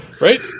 right